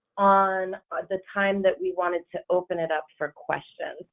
on the time that we wanted to open it up for questions,